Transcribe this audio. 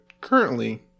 currently